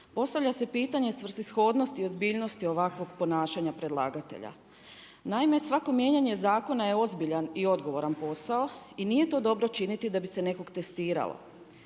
Postavlja se pitanje svrsishodnosti i ozbiljnosti ovakvog ponašanja predlagatelja. Naime, svako mijenjanje zakona je ozbiljan i odgovoran posao i nije to dobro činiti da bi se nekog testiralo.